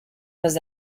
was